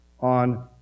on